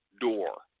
door